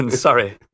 Sorry